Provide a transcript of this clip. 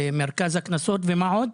מרכז הקנסות ומה עוד?